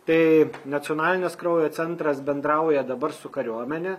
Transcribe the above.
tai nacionalinis kraujo centras bendrauja dabar su kariuomene